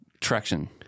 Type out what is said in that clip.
traction